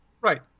Right